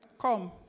Come